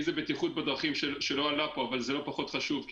אם זה בטיחות בדרכים שלא עלה פה אבל זה לא פחות חשוב,